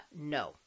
no